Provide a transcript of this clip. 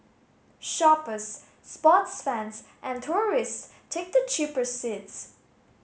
shoppers sports fans and tourists take the cheaper seats